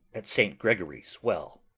at saint gregory's well.